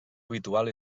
habitual